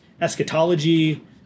eschatology